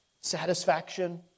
satisfaction